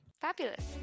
Fabulous